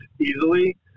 easily